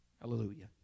Hallelujah